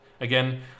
again